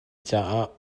caah